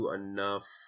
enough